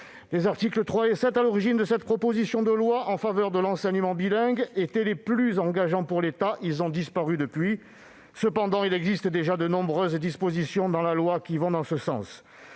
Les articles 3 et 7, à l'origine de cette proposition de loi en faveur de l'enseignement bilingue, étaient les plus engageants pour l'État. Ils ont disparu depuis. Toutefois, il existe déjà de nombreuses dispositions dans la loi qui vont dans ce sens.